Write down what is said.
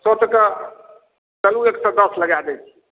सए टाका चलू एक सए दस लगा दैत छी